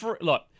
look